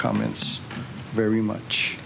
comments very much